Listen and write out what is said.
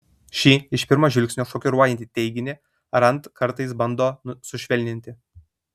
šį iš pirmo žvilgsnio šokiruojantį teiginį rand kartais bando sušvelninti